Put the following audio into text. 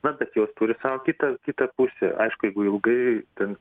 na bet jos turi sau kitą kitą pusę aišku jeigu ilgai ten